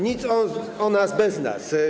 Nic o nas bez nas.